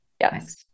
Yes